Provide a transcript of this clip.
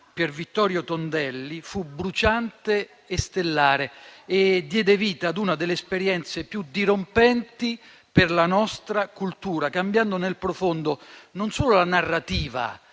Pier Vittorio Tondelli fu bruciante e stellare e diede vita ad una delle esperienze più dirompenti per la nostra cultura, cambiando nel profondo non solo la narrativa,